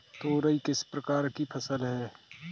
तोरई किस प्रकार की फसल है?